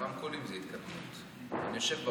אתמול, שנסחף בשיטפונות בנגב.